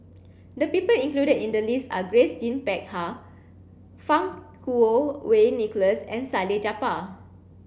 the people included in the list are Grace Yin Peck Ha Fang Kuo Wei Nicholas and Salleh Japar